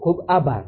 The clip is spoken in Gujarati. ખુબ ખુબ આભાર